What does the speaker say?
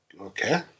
okay